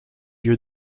lieu